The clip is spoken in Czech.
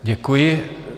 Děkuji.